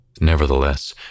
Nevertheless